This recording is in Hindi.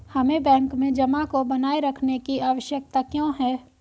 हमें बैंक में जमा को बनाए रखने की आवश्यकता क्यों है?